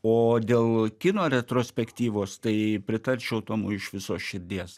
o dėl kino retrospektyvos tai pritarčiau tomui iš viso širdies